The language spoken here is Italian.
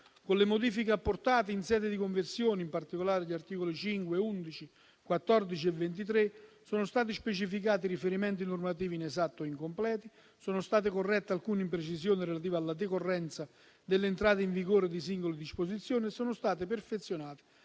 Con le modifiche apportate in sede di conversione, in particolare agli articoli 5, 11, 14 e 23, sono stati specificati riferimenti normativi inesatti o incompleti, sono state corrette alcune imprecisioni relative alla decorrenza delle entrate in vigore di singole disposizioni e sono state perfezionate